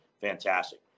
fantastic